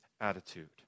attitude